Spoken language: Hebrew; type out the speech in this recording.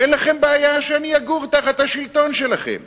ואין לכם בעיה שאני אגור תחת השלטון שלכם.